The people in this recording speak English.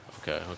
Okay